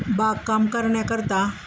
बागकाम करण्याकरता